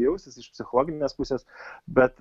jaustis iš psichologinės pusės bet